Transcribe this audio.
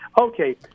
Okay